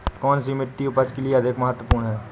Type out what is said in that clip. कौन सी मिट्टी उपज के लिए अधिक महत्वपूर्ण है?